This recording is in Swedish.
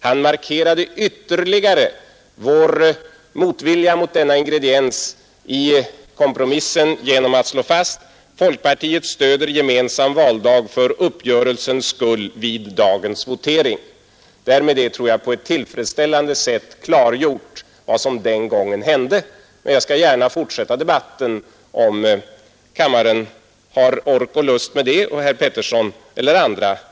Han markerade ytterligare vår motvilja mot denna ingrediens i kompromissen genom att slå fast: folkpartiet stöder gemensam valdag för uppgörelsens skull vid dagens votering. Därmed är, tror jag, på ett tillfredsställande sätt klargjort vad som hände den gången. Jag skall gärna fortsätta debatten om herr Pettersson och andra i kammaren har lust och ork med det.